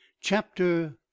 Chapter